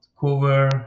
cover